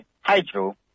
hydro